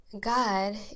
God